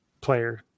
player